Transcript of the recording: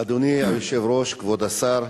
אדוני היושב-ראש, כבוד השר,